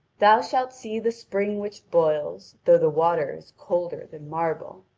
thou shalt see the spring which boils, though the water is colder than marble.